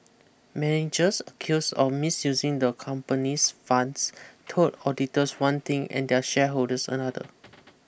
managers accused of misusing the company's funds told auditors one thing and their shareholders another